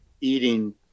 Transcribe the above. eating